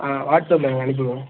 ஆ வாட்ஸ்அப்பில்எனக்கு அனுப்பிவுடுங்க